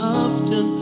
often